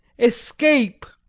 escape!